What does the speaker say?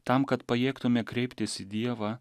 tam kad pajėgtume kreiptis į dievą